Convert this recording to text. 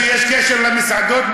אני אסביר לך.